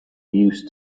used